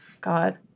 God